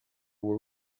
were